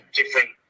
different